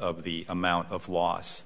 of the amount of loss